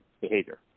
behavior